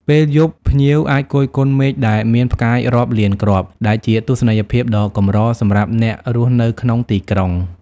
ពេលយប់ ភ្ញៀវអាចគយគន់មេឃដែលមានផ្កាយរាប់លានគ្រាប់ ដែលជាទស្សនីយភាពដ៏កម្រសម្រាប់អ្នករស់នៅក្នុងទីក្រុង។